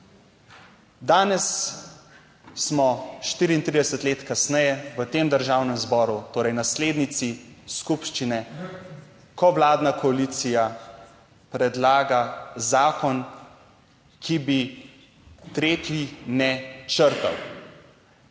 Danes smo 34 let kasneje v tem Državnem zboru, torej naslednici skupščine, ko vladna koalicija predlaga zakon, ki bi 3. ne črtal,